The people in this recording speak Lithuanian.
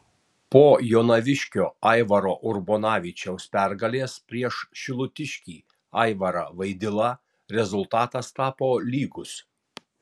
po jonaviškio aivaro urbonavičiaus pergalės prieš šilutiškį aivarą vaidilą rezultatas tapo lygus